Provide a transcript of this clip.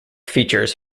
features